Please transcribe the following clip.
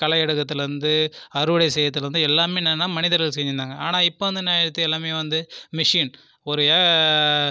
களை எடுக்கிறத்துலேந்து அறுவடை செய்யறத்துலேந்து எல்லாமே என்னென்ன மனிதர்கள் செஞ்சுனிருந்தாங்க ஆனால் இப்போ என்னா ஆயிடுத்து எல்லாமே வந்து மிஷின் ஒரு